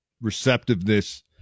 receptiveness